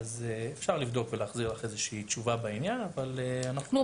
אפשר לבדוק ולהחזיר לך איזו שהיא תשובה בעניין אבל -- לא,